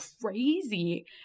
crazy